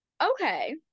Okay